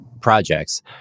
projects